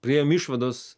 priėjom išvados